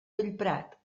bellprat